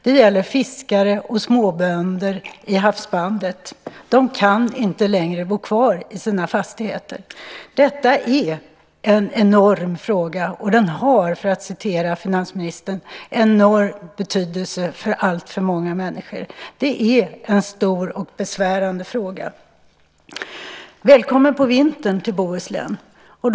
Det gäller fiskare och småbönder i havsbandet. De kan inte längre bo kvar i sina fastigheter. Detta är en enorm fråga, och den har, för att citera finansministern, enorm betydelse för alltför många människor. Det är en stor och besvärande fråga. Välkommen till Bohuslän på vintern!